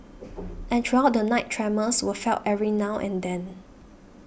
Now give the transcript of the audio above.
and throughout the night tremors were felt every now and then